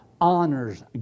honors